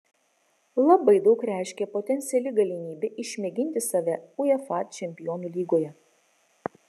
labai daug reiškė potenciali galimybė išmėginti save uefa čempionų lygoje